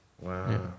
Wow